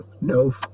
no